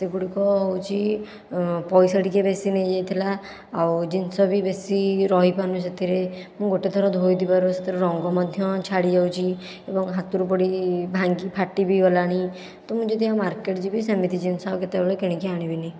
ସେଗୁଡ଼ିକ ହେଉଛି ପଇସା ଟିକେ ବେଶି ନେଇଯାଇଥିଲା ଆଉ ଜିନିଷ ବି ବେଶି ରହିପାରୁନି ସେଥିରେ ମୁଁ ଗୋଟିଏ ଥର ଧୋଇଥିବାରୁ ସେଥିରୁ ରଙ୍ଗ ମଧ୍ୟ ଛାଡ଼ିଯାଉଛି ଏବଂ ହାତରୁ ପଡ଼ି ଭାଙ୍ଗି ଫାଟି ବି ଗଲାଣି ତ ମୁଁ ଯଦି ଆଉ ମାର୍କେଟ ଯିବି ସେମିତି ଜିନିଷ ଆଉ କେତେବେଳେ କିଣିକି ଆଣିବିନି